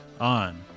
on